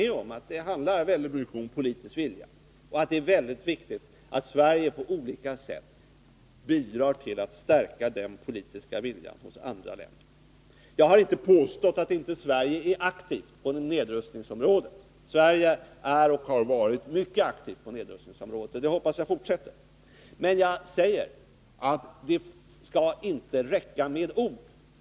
Det handlar väldigt mycket om politisk vilja, och det är mycket viktigt att Sverige på olika sätt bidrar till att stärka den politiska viljan hos andra länder. Jag har inte påstått att Sverige inte är aktivt på nedrustningsområdet. Sverige är och har varit mycket aktivt på detta område, och det skall man fortsätta med. Men jag säger att det inte kommer att räcka med ord.